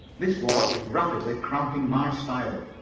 this war is rapidly cramping my style.